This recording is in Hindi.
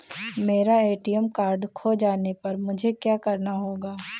मेरा ए.टी.एम कार्ड खो जाने पर मुझे क्या करना होगा?